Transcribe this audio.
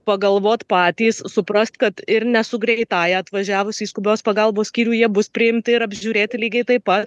pagalvot patys suprast kad ir nes su greitąja atvažiavus į skubios pagalbos skyrių jie bus priimti ir apžiūrėti lygiai taip pat